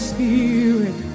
Spirit